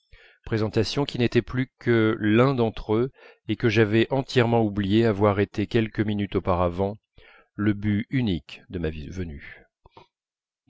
présentation qui n'était plus que l'un d'entre eux et que j'avais entièrement oublié d'avoir été quelques minutes auparavant le but unique de ma venue